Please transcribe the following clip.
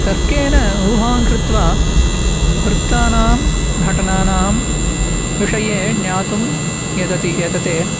तर्केण ऊहाङ्कृत्वा वृत्तानां घटनानां विषये ज्ञातुं यतते यतते